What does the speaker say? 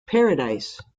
paradise